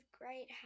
great